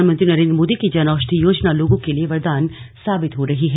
प्रधानमंत्री नरेंद्र मोदी की जन औशधि योजना लोगों के लिए वरदान साबित हो रही है